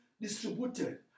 distributed